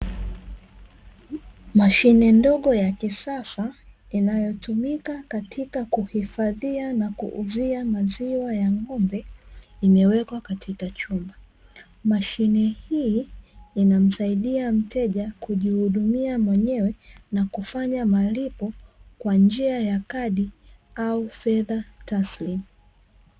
Mashine ndogo ya kisasa, inayotumika katika kuhifadhia na kuuzia maziwa ya ng'ombe, imewekwa katika chumba. Mashine hii inamsaidia mteja kujihudumia mwenyewe na kufanya malipo kwa njia ya kadi au fedha taslimu.